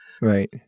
Right